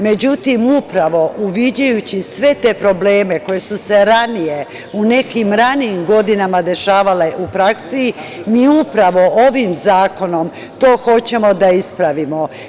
Međutim, upravo uviđajući sve te probleme koje su se ranije, u nekim ranijim godinama dešavale u praksi, mi upravo ovim zakonom to hoćemo da ispravimo.